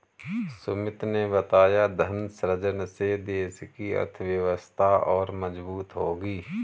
सुमित ने बताया धन सृजन से देश की अर्थव्यवस्था और मजबूत होगी